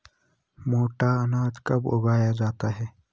मोटा अनाज कब उगाया जाता है?